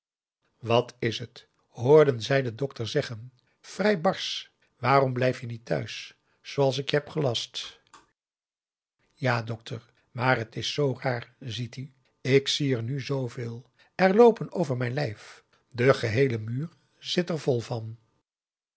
wat is het hoorden zij den dokter zeggen vrij barsch waarom blijf je niet thuis zooals ik je heb gelast ja dokter maar t is zoo raar ziet u ik zie er nu zooveel en ze loopen over m'n lijf de geheele muur zit er vol van